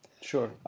Sure